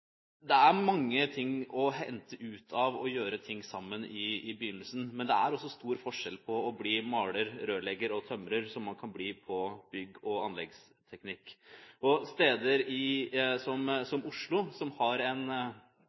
Det er mange ting å hente ut av å gjøre ting sammen i begynnelsen, men det er også stor forskjell på å bli maler, rørlegger eller tømrer, som man kan bli på bygg- og anleggsteknikk. På steder som Oslo, som har en